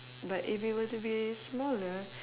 but if it were to be smaller